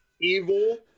Evil